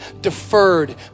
deferred